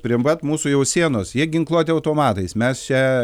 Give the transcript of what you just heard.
prie pat mūsų jau sienos jie ginkluoti automatais mes čia